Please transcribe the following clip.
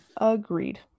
Agreed